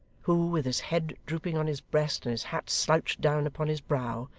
who, with his head drooping on his breast and his hat slouched down upon his brow,